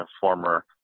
former